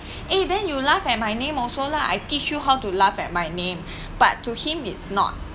eh then you laugh at my name also lah I teach you how to laugh at my name but to him is not